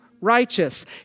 righteous